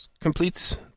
completes